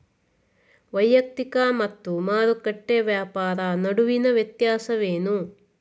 ವೈಯಕ್ತಿಕ ಮತ್ತು ಮಾರುಕಟ್ಟೆ ವ್ಯಾಪಾರ ನಡುವಿನ ವ್ಯತ್ಯಾಸವೇನು?